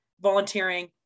volunteering